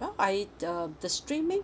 well I the the streaming